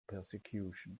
persecution